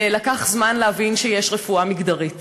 לקח זמן להבין שיש רפואה מגדרית,